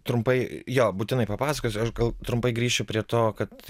trumpai jo būtinai papasakosiu aš gal trumpai grįšiu prie to kad